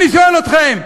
אני שואל אתכם.